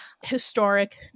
Historic